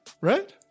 Right